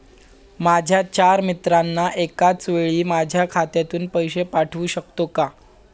माझ्या चार मित्रांना एकाचवेळी माझ्या खात्यातून पैसे पाठवू शकतो का?